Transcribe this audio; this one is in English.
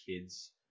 kids